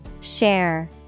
Share